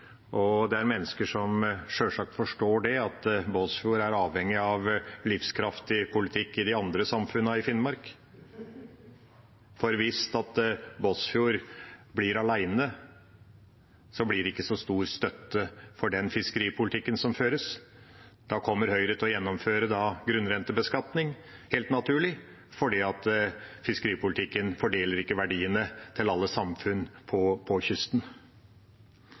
Det er mennesker som sjølsagt forstår at Båtsfjord er avhengig av livskraftig politikk i de andre samfunnene i Finnmark, for hvis Båtsfjord blir alene, blir det ikke så stor støtte for den fiskeripolitikken som føres. Da kommer Høyre til å gjennomføre grunnrentebeskatning, helt naturlig, for fiskeripolitikken fordeler ikke verdiene til alle samfunn på kysten.